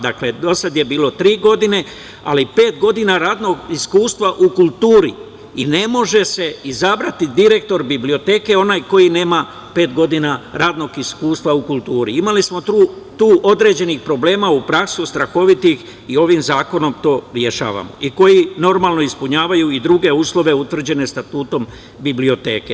Dakle, do sada je bilo tri godine, ali pet godina radnog iskustva u kulturi i ne može se izabrati direktor biblioteke onaj koji nema pet godina radnog iskustva u kulturi, imali smo tu određenih problema u praksi, strahovitih i ovim zakonom to rešavamo, i koji normalno ispunjavaju druge uslove utvrđene statutom biblioteke.